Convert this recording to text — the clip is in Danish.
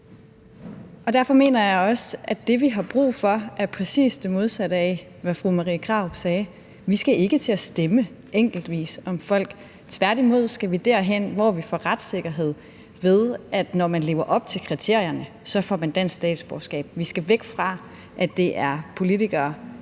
Derfor mener jeg også, at det, vi har brug for, er præcis det modsatte af, hvad fru Marie Krarup sagde. Vi skal ikke til at stemme enkeltvis om folk – tværtimod skal vi derhen, hvor vi får retssikkerhed, ved at når man lever op til kriterierne, får man dansk statsborgerskab. Vi skal væk fra, at det er politikere,